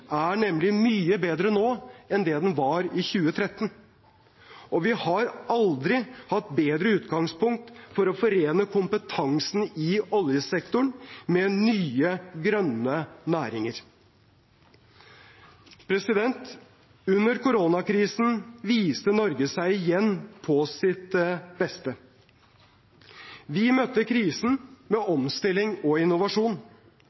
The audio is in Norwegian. er nemlig mye bedre nå enn det den var i 2013, og vi har aldri hatt et bedre utgangspunkt for å forene kompetansen i oljesektoren med nye, grønne næringer. Under koronakrisen viste Norge seg igjen på sitt beste. Vi møtte krisen med